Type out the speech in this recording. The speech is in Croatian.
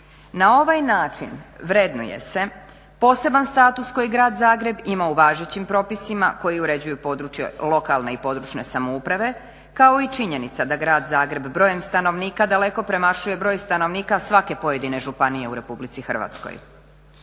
Na ovaj način vrednuje se poseban status koji Grad Zagreb ima u važećim propisima koji uređuju područje lokalne i područne samouprave kao i činjenica da grad Zagreb brojem stanovnika daleko premašuje broj stanovnika svake pojedine županije u Republici Hrvatskoj.